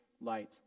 light